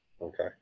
Okay